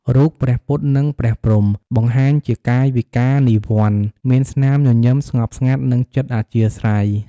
រូបព្រះពុទ្ធ និង ព្រះព្រហ្ម បង្ហាញជាកាយវិការនិវ័ន្ត មានស្នាមញញឹមស្ងប់ស្ងាត់ និងចិត្តអធ្យាស្រ័យ។